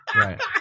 Right